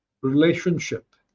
relationship